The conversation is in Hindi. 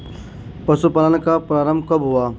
पशुपालन का प्रारंभ कब हुआ?